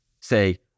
say